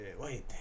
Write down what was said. wait